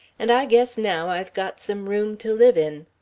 and i guess now i've got some room to live in.